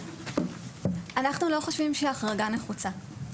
אנחנו לא חושבים שההחרגה נחוצה.